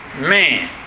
Man